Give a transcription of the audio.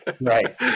Right